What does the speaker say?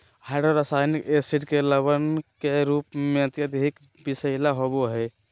hydrocyanic acid के लवण के रूप में अत्यधिक विषैला होव हई